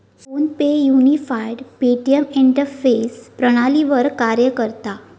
phone पे unified payment interface प्रणालीवर कार्य करता